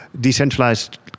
decentralized